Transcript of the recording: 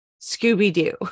Scooby-Doo